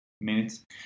minutes